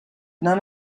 none